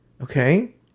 okay